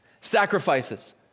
sacrifices